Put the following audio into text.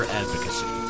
advocacy